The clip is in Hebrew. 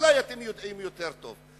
אולי אתם יודעים יותר טוב.